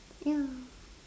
ya